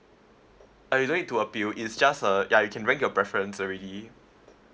uh you don't need to appeal it's just uh ya you can rank your preference already